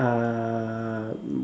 uh